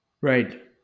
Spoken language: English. right